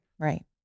right